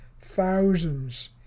thousands